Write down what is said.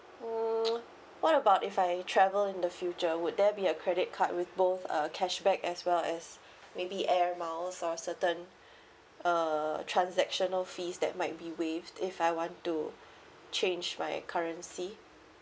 mm what about if I travel in the future would there be a credit card with both uh cashback as well as maybe air miles or certain uh transactional fees that might be waived if I want to change my currency